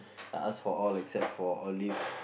I ask for all except for olives